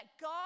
God